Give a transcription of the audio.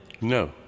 No